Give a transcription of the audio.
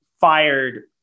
fired